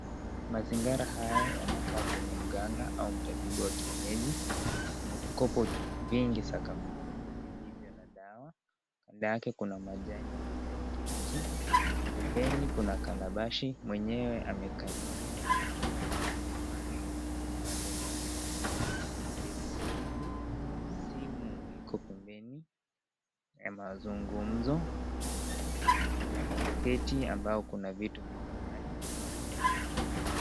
Mazingara haya yanakaa kwenye mganga au mtabibu wa kienyeji, kuna vikopo vingi sakafuni vilivyo na dawa na kando yake kuna majani ya kijani kibichi, pemebeni kuna kalabashi mwenyewe amekalia amevalia ngwanda ambalo lakaa jekundu simu iko pembeni, ya mazungumzo, kuna basket ambayo kuna vitu viko ndani ya utabibu.